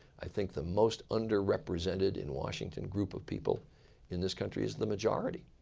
i think the most under represented in washington group of people in this country is the majority.